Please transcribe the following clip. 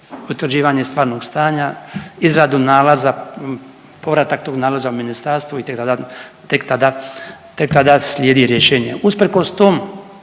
utvrđivanje stvarnog stanja, izradu nalaza, povratak tog nalaza u ministarstvo i tek tada, tek tada slijedi rješenje. Usprkos tom